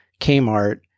Kmart